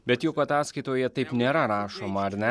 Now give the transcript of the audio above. bet juk ataskaitoje taip nėra rašoma ar ne